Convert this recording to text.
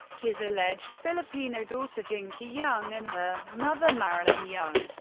his alleged filipino daughter jinky young and her mother marilyn young,